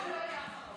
לא, הוא לא יהיה אחרון.